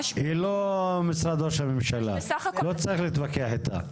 היא לא משרד ראש הממשלה, לא להתווכח איתה.